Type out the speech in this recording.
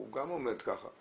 הוא גם עומד ככה.